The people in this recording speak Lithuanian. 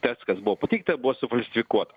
tas kas buvo pateikta buvo sufalsifikuota